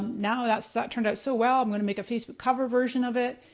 now that's ah turned out so well, i'm gonna make a facebook cover version of it,